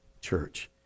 Church